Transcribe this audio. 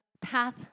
path